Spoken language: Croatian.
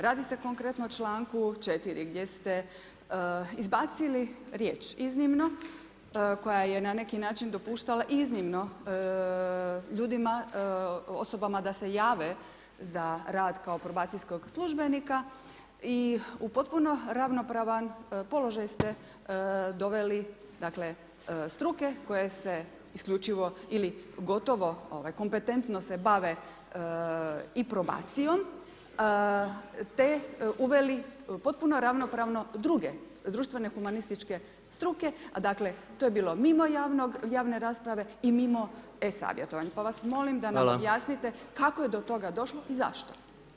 Radi se konkretno o čl. 4 gdje ste izbacili riječ iznimno koja je na neki način dopuštala iznimno ljudima, osobama da se jave za rad probacijskog službenika i u potpuno ravnopravan položaj ste doveli dakle, struke koje se isključivo ili gotovo odnosno kompetentno se bave i probacijom te uveli potpuno ravnopravno druge društvene humanističke struke, dakle to je bilo mimo javne rasprave i mimo e-savjetovanja, pa vas molim da nam objasnite kako je do toga došla i zašto.